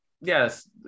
yes